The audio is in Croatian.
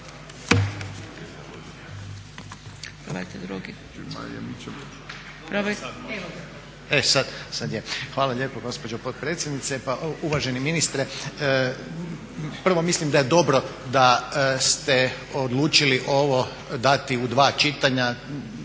Hvala lijepo gospođo potpredsjednice. Pa uvaženi ministre prvo mislim da je dobro da ste odlučili ovo dati u dva čitanja.